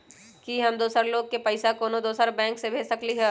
कि हम दोसर लोग के पइसा कोनो दोसर बैंक से भेज सकली ह?